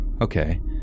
okay